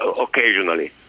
Occasionally